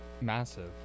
massive